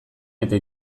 eta